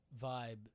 vibe